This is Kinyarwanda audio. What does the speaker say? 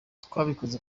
twabikoze